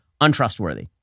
untrustworthy